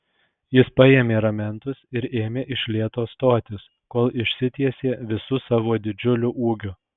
jis paėmė ramentus ir ėmė iš lėto stotis kol išsitiesė visu savo didžiuliu ūgiu